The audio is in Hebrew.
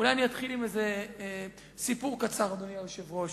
אולי אתחיל עם סיפור קצר, אדוני היושב-ראש.